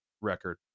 record